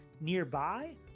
nearby